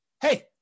hey